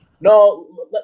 no